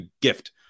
gift